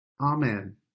Amen